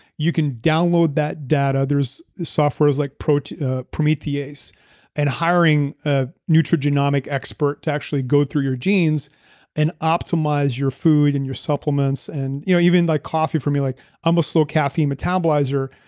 you can download that data. there's softwares like promethease ah promethease and hiring a nutrogenomix expert to actually go through your genes and optimize your food and your supplements and. even like coffee, for me, like i'm a slow caffeine metabolizer,